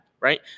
Right